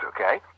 okay